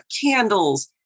candles